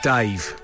Dave